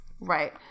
Right